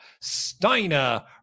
Steiner